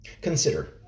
Consider